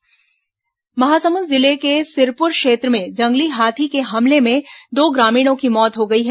हाथी ग्रामीण मौत महासमुंद जिले के सिरपुर क्षेत्र में जंगली हाथी के हमले में दो ग्रामीणों की मौत हो गई है